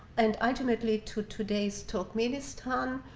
and ultimately to today's turkmenistan,